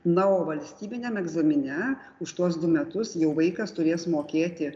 na o valstybiniam egzamine už tuos du metus jau vaikas turės mokėti